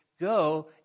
go